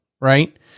right